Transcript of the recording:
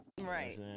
Right